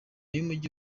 y’umujyi